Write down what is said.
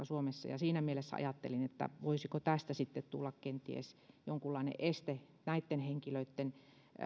suomessa ja siinä mielessä ajattelin voisiko tästä sitten tulla kenties jonkunlainen este näitten henkilöitten